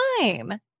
time